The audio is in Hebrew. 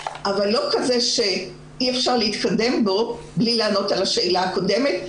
אבל לא כזה שאי אפשר להתקדם בו בלי לענות על השאלה הקודמת,